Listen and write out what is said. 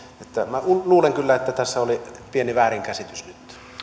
että minä luulen kyllä että tässä oli pieni väärinkäsitys nyt